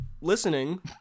listening